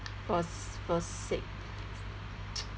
was was sick